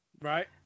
Right